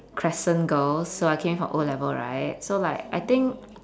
crescent girls' so I came from O level right so like I think